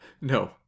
No